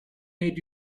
made